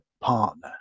partner